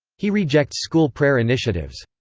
he rejects school prayer initiatives.